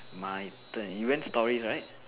my turn you went stories right